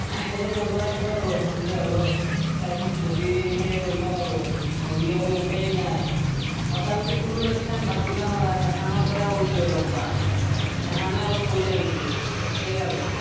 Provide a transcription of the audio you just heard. সেয়ে কৰিব লাগিব আৰু সেনেকৈ আৰু তাৰপাছত যদি সেই কৰিব ন'ৰো নৰলি আৰু উপায়ে নাই তথাপিতো ফুলৰ খেতিখান বাদ দিব ন'ৰা সেইখানৰপৰা অ'ল্ছি অলপমান সেইখানে অলপ পইচা দিছে সেয়ে আৰু